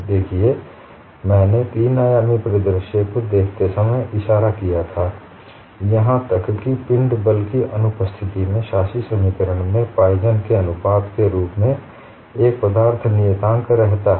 देखिए मैंने तीन आयामी परिदृश्य को देखते समय इशारा किया था यहां तक कि पिंड बल की अनुपस्थिति में शासी समीकरण में पॉइज़न के अनुपात Poisson's ratio के रूप में एक पदार्थ नियताँक रहता है